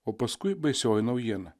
o paskui baisioji naujiena